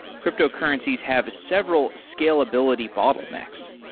cryptocurrencies have several scalability bottlenecks,